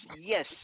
yes